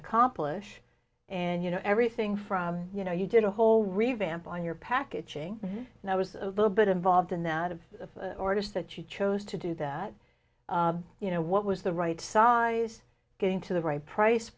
accomplish and you know everything from you know you did a whole revamp on your packaging and i was a little bit involved in that of orders that you chose to do that you know what was the right size getting to the right price